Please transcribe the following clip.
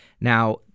Now